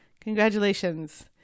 Congratulations